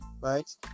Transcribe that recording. Right